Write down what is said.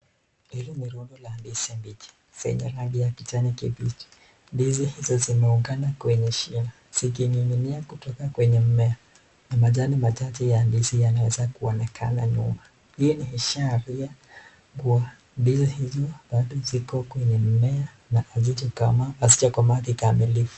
Hili ni rundo za ndizi mbichi zenye rangi ya kijani kibichi, ndizi hizo zimeungana kwenye shina, zikining'inia kutoka kwenye mmea na majani machache ya ndizi yanaweza kuonekana nyuma, hii ni ishara kuwa ndizi hizi bado ziko kwenye mmea na hazijakomaa kikamilifu.